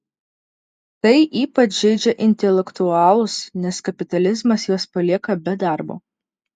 tai ypač žeidžia intelektualus nes kapitalizmas juos palieka be darbo